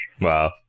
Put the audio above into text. Wow